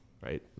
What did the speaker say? Right